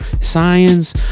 Science